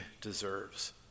deserves